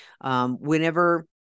Whenever